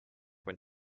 when